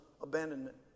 abandonment